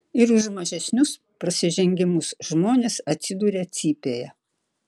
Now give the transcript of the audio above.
ir už mažesnius prasižengimus žmonės atsiduria cypėje